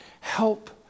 help